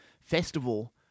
festival